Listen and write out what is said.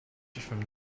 from